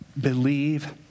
believe